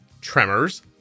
tremors